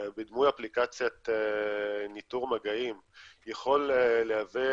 בדמוי אפליקציית ניטור מגעים יכול להווה